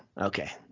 Okay